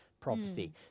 prophecy